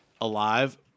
alive